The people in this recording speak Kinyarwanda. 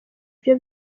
byo